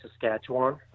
Saskatchewan